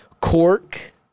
cork